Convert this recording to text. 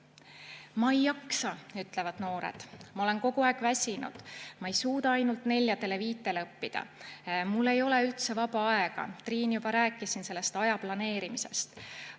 "Ma ei jaksa," ütlevad noored. "Ma olen kogu aeg väsinud. Ma ei suuda ainult neljadele-viitele õppida. Mul ei ole üldse vaba aega." Triin juba rääkis siin ajaplaneerimisest.